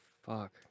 Fuck